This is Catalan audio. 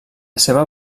seva